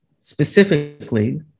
specifically